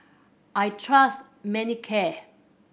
I trust Manicare